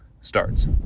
starts